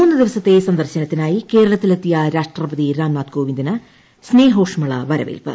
മൂന്ന് ദിവസത്തെ സന്ദർശനത്തിനായി കേരളത്തിലെത്തിയ രാഷ്ട്രപതി രാംനാഥ് കോവിന്ദിന് സ്നേഹോഷ്മള വരവേൽപ്പ്